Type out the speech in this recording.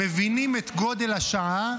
מבינים את גודל השעה,